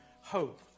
hope